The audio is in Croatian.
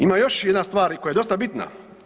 Ima još jedna stvar i koja je dosta bitna.